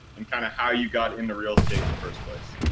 and kind of how you got into real estate in the first place.